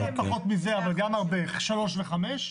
גם הרבה 3 ו-5.